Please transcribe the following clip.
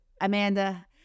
Amanda